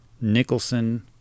Nicholson